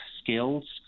skills